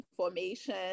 information